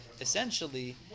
essentially